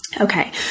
Okay